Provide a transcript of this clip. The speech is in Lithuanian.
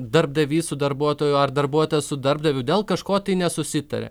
darbdavys su darbuotoju ar darbuotojas su darbdaviu dėl kažko tai nesusitarė